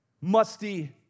musty